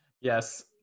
Yes